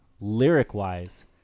lyric-wise